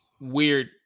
weird